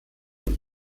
und